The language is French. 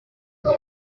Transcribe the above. nos